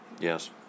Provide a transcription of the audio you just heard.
yes